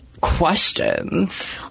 questions